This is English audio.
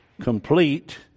complete